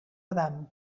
adam